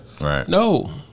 No